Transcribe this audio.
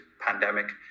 pandemic